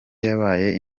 yabaye